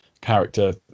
character